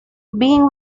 being